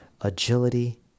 agility